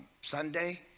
sunday